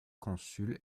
consul